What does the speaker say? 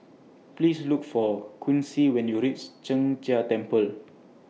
Please Look For Quincy when YOU REACH Sheng Jia Temple